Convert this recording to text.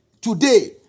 today